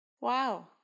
Wow